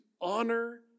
honor